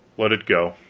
let it go.